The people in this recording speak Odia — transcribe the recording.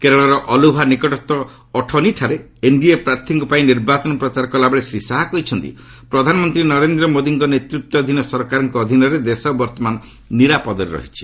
କେରଳର ଅଲ୍ଲଭା ନିକଟସ୍ଥ ଅଠନିଠାରେ ଏନ୍ଡିଏ ପ୍ରାର୍ଥୀଙ୍କ ପାଇଁ ନିର୍ବାଚନ ପ୍ରଚାର କଲାବେଳେ ଶ୍ରୀ ଶାହା କହିଛନ୍ତି ପ୍ରଧାନମନ୍ତ୍ରୀ ନରେନ୍ଦ୍ର ମୋଦିଙ୍କ ନେତୃତ୍ୱାଧୀନ ସରକାରଙ୍କ ଅଧୀନରେ ଦେଶ ବର୍ତ୍ତମାନ ନିରାପଦରେ ରହିଛି